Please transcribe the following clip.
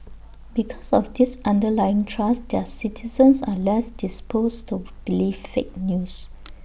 because of this underlying trust their citizens are less disposed tofu believe fake news